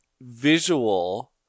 visual